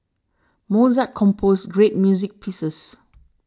Mozart composed great music pieces